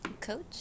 coach